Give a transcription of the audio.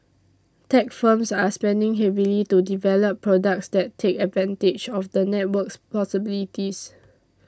tech firms are spending heavily to develop products that take advantage of the network's possibilities